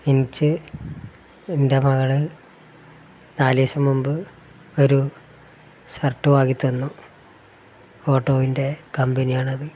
എനിച്ച് എൻ്റെ മകൾ നാലു ദിവസം മുമ്പ് ഒരു ഷർട്ട് വാങ്ങി തന്നു ഓട്ടോവിൻ്റെ കമ്പനിയാണത്